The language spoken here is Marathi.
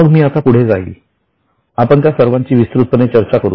मग मी आता पुढे जाईल आपण त्या सर्वांची विस्तृतपणे चर्चा करू